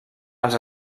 els